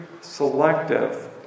selective